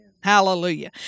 Hallelujah